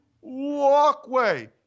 walkway